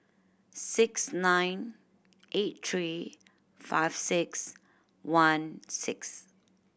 six nine eight three five six one six